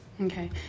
Okay